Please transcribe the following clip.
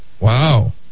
Wow